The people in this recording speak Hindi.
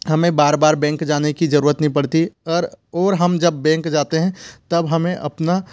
हमें बार बार बेंक जाने की जरूरत नही पड़ती पर और हम जब बेंक जाते हैं तब हमें अपना